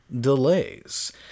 delays